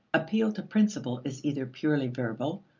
appeal to principle is either purely verbal,